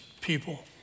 people